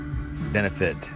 benefit